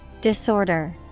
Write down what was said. Disorder